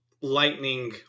lightning